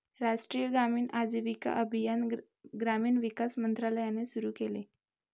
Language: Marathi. राष्ट्रीय ग्रामीण आजीविका अभियान ग्रामीण विकास मंत्रालयाने सुरू केले